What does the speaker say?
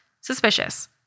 suspicious